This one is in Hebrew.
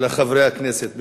לחברי הכנסת.